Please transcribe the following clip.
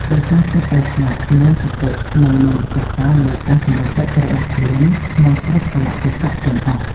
រក្សាចិត្តឱ្យស្ងប់ មានសតិ និងមានម្ចាស់ការលើការសម្រេចចិត្តរបស់ខ្លួនក្នុងគ្រប់កាលៈទេសៈទាំងអស់។